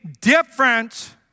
different